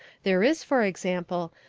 there is, for example,